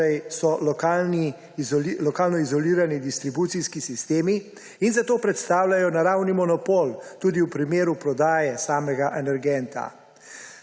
torej so lokalno izolirani distribucijski sistemi in zato predstavljajo naravni monopol tudi v primeru prodaje samega energenta.